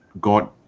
God